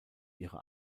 ihre